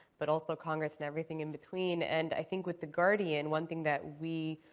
but also congress and everything in between. and i think with the guardian, one thing that we